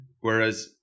whereas